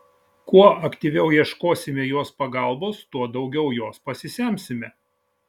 kuo aktyviau ieškosime jos pagalbos tuo daugiau jos pasisemsime